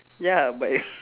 ya but